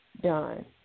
done